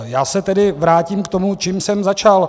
Já se tedy vrátím k tomu, čím jsem začal.